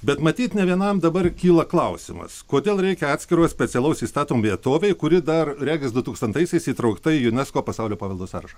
bet matyt ne vienam dabar kyla klausimas kodėl reikia atskiro specialaus įstatom vietovėj kuri dar regis dutūkstantaisiais įtraukta į unesco pasaulio paveldo sąrašą